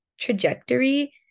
trajectory